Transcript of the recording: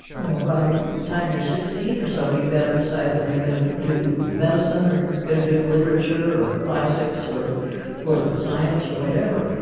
you know by the time you're sixteen or so you've got to decide whether you're going to do medicine, or you're going to do literature, or classics or political science or whatever.